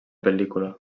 pel·lícula